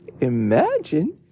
imagine